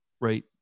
Right